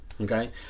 Okay